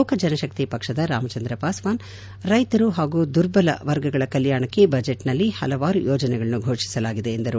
ಲೋಕಜನಶಕ್ತಿ ಪಕ್ಷದ ರಾಮ್ಚಂದ್ರ ಪಾಸ್ವಾನ್ ರೈತರು ಹಾಗೂ ದುರ್ಬಲ ವರ್ಗಗಳ ಕಲ್ಕಾಣಕ್ಕೆ ಬಜೆಚ್ನಲ್ಲಿ ಹಲವಾರು ಯೋಜನೆಗಳನ್ನು ಘೋಷಿಸಲಾಗಿದೆ ಎಂದರು